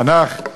תנ"ך.